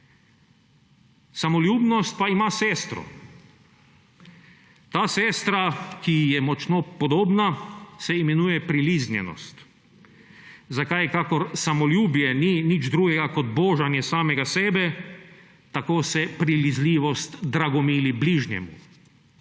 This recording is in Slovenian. Samoljubnost pa ima sestro. Ta sestra, ki ji je močno podobna, se imenuje priliznjenost. Zakaj kakor samoljubje ni nič drugega kot božanje samega sebe, tako se prilizljivost dragomili bližnjemu.